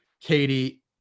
katie